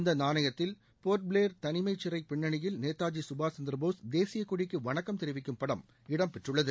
இந்த நாணயத்தில் ஒரு பக்கத்தில் போர்ட்பிளேர் தனிமைச்சிறை பின்னணியில் நேத்தாஜி கபாஸ் சந்திரபோஸ் தேசியக்கொடிக்கு வணக்கம் தெரிவிக்கும் படம் இடம்பெற்றுள்ளது